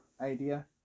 idea